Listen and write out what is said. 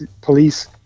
police